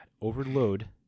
overload